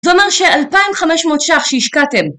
זה אומר ש-2500 ש"ח שהשקעתם.